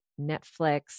Netflix